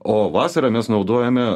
o vasarą mes naudojame